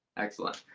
excellent,